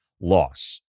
loss